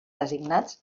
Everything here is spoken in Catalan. designats